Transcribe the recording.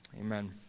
Amen